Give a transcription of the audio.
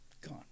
gone